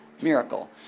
Miracle